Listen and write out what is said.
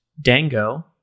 Dango